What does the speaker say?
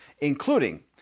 including